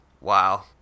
Wow